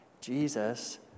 Jesus